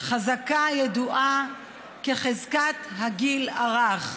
חזקה הידועה כחזקת הגיל הרך,